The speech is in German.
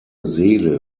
seele